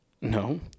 no